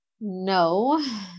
No